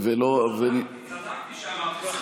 לא, אני מכיר אותם שנים.